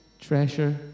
treasure